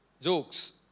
jokes